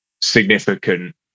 significant